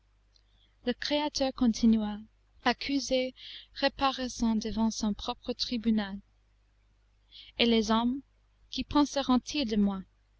le créateur continua accusé reparaissant devant son propre tribunal et les hommes que penseront ils de moi